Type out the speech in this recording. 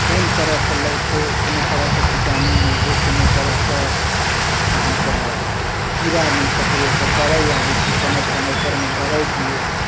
कोन तरहसँ लगतै कोनो तरहके कीटाणु नहि होय कोनो तरहके अहाँकेँ कीड़ा नहि पकड़ै ओकर दवाइ आबै छै समय समयपर मे दवाइ दियौ